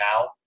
now